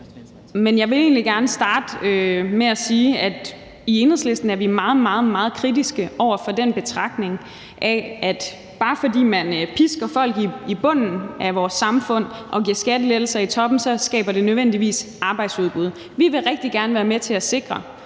Men jeg vil egentlig gerne starte med at sige, at vi i Enhedslisten er meget, meget kritiske over for den betragtning, at bare fordi man pisker folk i bunden af vores samfund og giver skattelettelser i toppen, så skaber det nødvendigvis arbejdsudbud. Vi vil rigtig gerne være med til at sikre,